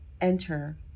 enter